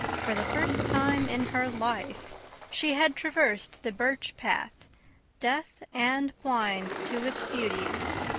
for the first time in her life she had traversed the birch path deaf and blind to its beauties.